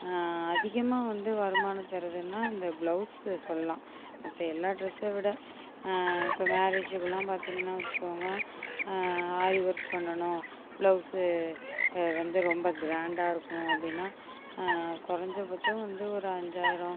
அதிகமாக வந்து வருமானம் தரதுன்னா இந்த பிளவுஸ் சொல்லலாம் மற்ற எல்லா ட்ரெஸை விட இப்போ மேரேஜிக்குலாம் பார்த்திங்கன்னு வச்சிக்கோங்கள் ஆரி ஒர்க் பண்ணணும் பிளவுஸ் வந்து ரொம்ப கிராண்டா இருக்கணும் அப்படின்னா கொறைஞ்ச பட்சம் வந்து ஒரு அஞ்சாயிரம்